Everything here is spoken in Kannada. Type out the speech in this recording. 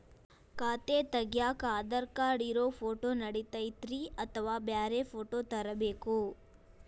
ಖಾತೆ ತಗ್ಯಾಕ್ ಆಧಾರ್ ಕಾರ್ಡ್ ಇರೋ ಫೋಟೋ ನಡಿತೈತ್ರಿ ಅಥವಾ ಬ್ಯಾರೆ ಫೋಟೋ ತರಬೇಕೋ?